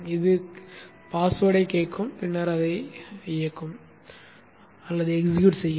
இது கடவுச்சொல்லைக் கேட்கும் பின்னர் அதை இயக்கும்